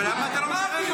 אבל למה אתה לא מברך אותו?